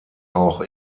auch